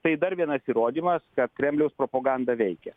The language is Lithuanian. tai dar vienas įrodymas kad kremliaus propaganda veikia